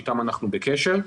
שאיתן אנחנו בקשר,